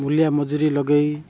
ମୂଲିଆ ମଜୁରୀ ଲଗାଇ